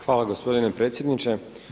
Hvala gospodine predsjedniče.